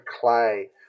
clay